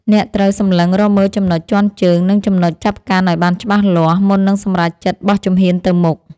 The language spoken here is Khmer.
អ្នកត្រូវសម្លឹងរកមើលចំណុចជាន់ជើង និងចំណុចចាប់កាន់ឱ្យបានច្បាស់លាស់ មុននឹងសម្រេចចិត្តបោះជំហានទៅមុខ។